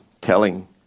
telling